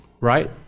right